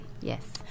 Yes